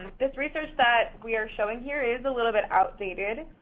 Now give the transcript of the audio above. this research that we are showing here is a little bit outdated,